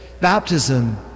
Baptism